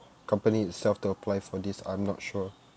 company itself to apply for this I'm not sure